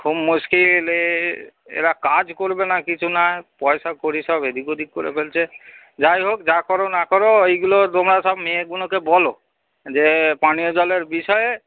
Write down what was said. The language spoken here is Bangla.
খুব মুশকিল এ এরা কাজ করবে না কিছু নায় পয়সা কড়ি সব এদিক ওদিক করে ফেলছে যাই হোক যা করো না করো এইগুলো তোমরা সব মেয়েগুনোকে বলো যে পানীয় জলের বিষয়ে